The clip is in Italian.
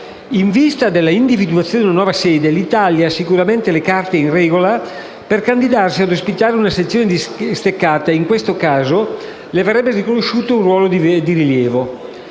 In vista dell'individuazione di una nuova sede, l'Italia ha sicuramente le carte in regola per candidarsi ad ospitare una sezione distaccata e in questo caso le verrebbe riconosciuto un ruolo di rilievo.